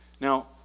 Now